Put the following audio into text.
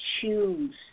choose